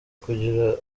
kugira